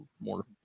more